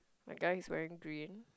that guy is wearing green